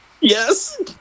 Yes